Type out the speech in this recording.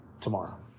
tomorrow